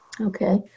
Okay